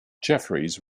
jefferies